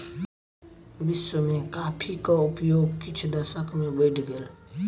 विश्व में कॉफ़ीक उपयोग किछ दशक में बैढ़ गेल